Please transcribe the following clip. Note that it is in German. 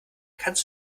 kannst